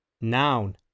Noun